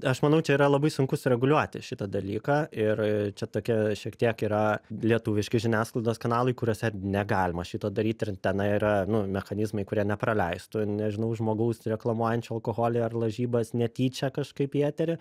aš manau čia yra labai sunku sureguliuoti šitą dalyką ir čia tokia šiek tiek yra lietuviški žiniasklaidos kanalai kuriuose negalima šito daryti ir tenai yra nu mechanizmai kurie nepraleistų nežinau žmogaus reklamuojančio alkoholį ar lažybas netyčia kažkaip į eterį